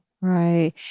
right